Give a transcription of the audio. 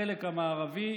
החלק המערבי,